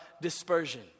dispersion